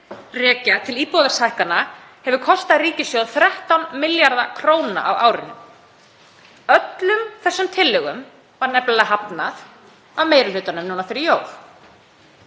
rekja til íbúðaverðshækkana, hefur kostað ríkissjóð 13 milljarða kr. á árinu. Öllum þessum tillögum var nefnilega hafnað af meiri hlutanum núna fyrir jól.